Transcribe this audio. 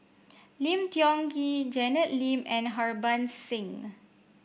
Lim Tiong Ghee Janet Lim and Harbans Singh